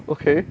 okay